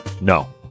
No